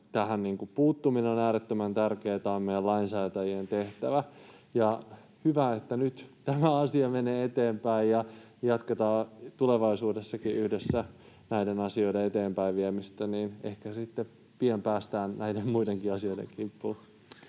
tähän puuttuminen on äärettömän tärkeätä. Tämä on meidän lainsäätäjien tehtävä, ja hyvä, että nyt tämä asia menee eteenpäin. Jatketaan tulevaisuudessakin yhdessä näiden asioiden eteenpäinviemistä, niin ehkä sitten pian päästään näiden muidenkin asioiden kimppuun.